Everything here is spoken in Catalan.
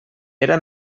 era